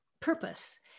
purpose